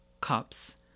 cups